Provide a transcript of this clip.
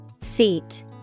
Seat